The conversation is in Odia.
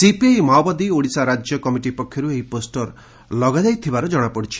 ସିପିଆଇ ମାଓବାଦୀ ଓଡିଶା ରାଜ୍ୟ କମିଟି ପକ୍ଷରୁ ଏହି ପୋଷର ଲଗାଯାଇଥିବାର ଜଣାପଡିଛି